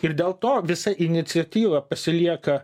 ir dėl to visa iniciatyva pasilieka